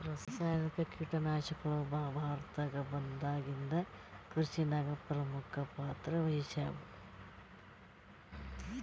ರಾಸಾಯನಿಕ ಕೀಟನಾಶಕಗಳು ಭಾರತದಾಗ ಬಂದಾಗಿಂದ ಕೃಷಿನಾಗ ಪ್ರಮುಖ ಪಾತ್ರ ವಹಿಸ್ಯಾವ